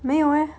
没有 eh